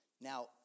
Now